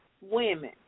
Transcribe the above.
women